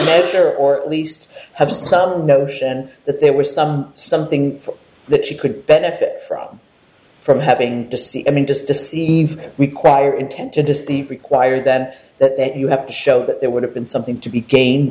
make sure or at least have some notion that there was some something that she could benefit from from having to see i mean just deceive require intent to deceive require that that that you have to show that there would have been something to be gained